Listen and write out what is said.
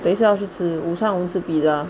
等一下要是吃午餐我们吃 pizza